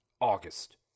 August